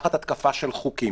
תחת התקפה של חוקים,